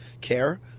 care